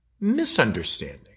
misunderstanding